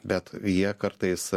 bet jie kartais